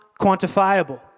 quantifiable